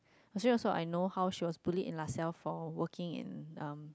actually also I know how she was bullied in Laselle for working in um